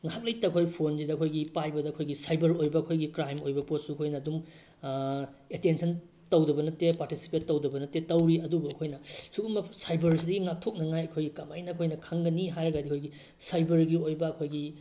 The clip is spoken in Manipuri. ꯉꯥꯏꯍꯥꯛ ꯂꯩꯇ ꯑꯩꯈꯣꯏ ꯐꯣꯟꯁꯤꯗ ꯑꯩꯈꯣꯏꯒꯤ ꯄꯥꯏꯕꯗ ꯑꯩꯈꯣꯏꯒꯤ ꯁꯥꯏꯕꯔ ꯑꯣꯏꯕ ꯑꯩꯈꯣꯏꯒꯤ ꯀ꯭ꯔꯥꯏꯝ ꯑꯣꯏꯕ ꯄꯣꯠꯁꯨ ꯑꯩꯈꯣꯏꯅ ꯑꯗꯨꯝ ꯑꯦꯇꯦꯟꯁꯟ ꯇꯧꯗꯕ ꯅꯠꯇꯦ ꯄꯥꯔꯇꯤꯁꯤꯄꯦꯠ ꯇꯧꯗꯕ ꯅꯠꯇꯦ ꯇꯧꯋꯤ ꯑꯗꯨꯕꯨ ꯑꯩꯈꯣꯏꯅ ꯁꯤꯒꯨꯝꯕ ꯁꯥꯏꯕꯔꯁꯤꯗꯒꯤ ꯉꯥꯛꯊꯣꯛꯅꯤꯡꯉꯥꯏ ꯑꯩꯈꯣꯏ ꯀꯃꯥꯏꯅ ꯑꯩꯈꯣꯏꯅ ꯈꯪꯒꯅꯤ ꯍꯥꯏꯔꯒꯗꯤ ꯑꯩꯈꯣꯏꯒꯤ ꯁꯥꯏꯕꯔꯒꯤ ꯑꯣꯏꯕ ꯑꯩꯈꯣꯏꯒꯤ